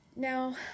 Now